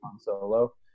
Solo